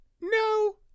No